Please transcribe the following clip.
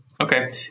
Okay